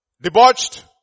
debauched